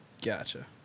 Gotcha